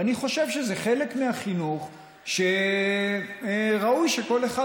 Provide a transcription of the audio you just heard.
ואני חושב שזה חלק מהחינוך שראוי שכל אחד